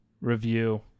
review